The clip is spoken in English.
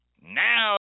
Now